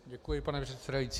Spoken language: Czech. Děkuji, pane předsedající.